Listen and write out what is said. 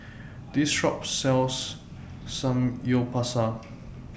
This Shop sells Samgyeopsal